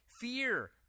fear